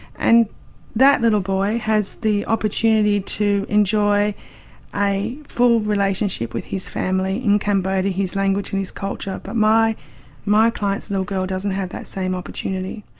and that little boy has the opportunity to enjoy a full relationship with his family in cambodia, his language and his culture, but my my client's little girl doesn't have that same opportunity.